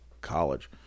college